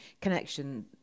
connection